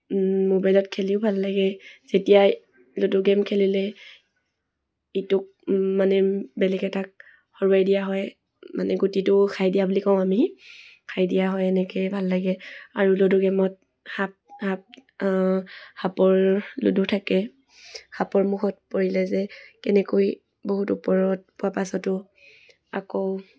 মোবাইলত খেলিও ভাল লাগে যেতিয়া লুডু গেইম খেলিলে ইটোক মানে বেলেগ এটাক হৰুৱাই দিয়া হয় মানে গুটিটো খাই দিয়া বুলি কওঁ আমি খাই দিয়া হয় এনেকৈয়ে ভাল লাগে আৰু লুডু গেইমত সাপ সাপ সাপৰ লুডু থাকে সাপৰ মুখত পৰিলে যে কেনেকৈ বহুত ওপৰত পোৱাৰ পাছতো আকৌ